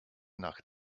nach